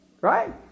Right